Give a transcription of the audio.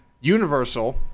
Universal